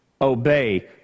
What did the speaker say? obey